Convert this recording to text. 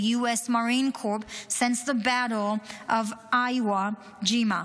U.S. Marine Corps since the Battle of Iwo Jima.